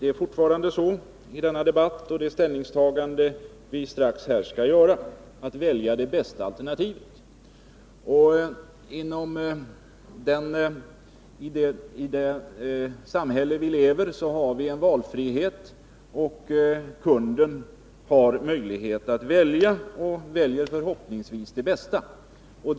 Det är fortfarande så i denna debatt och i det ställningstagande vi här strax skall göra — att välja det bästa alternativet. I det samhälle vi lever i har vi en valfrihet, och kunden har möjlighet att välja och väljer förhoppningsvis det bästa alternativet.